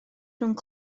rhwng